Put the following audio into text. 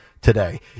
today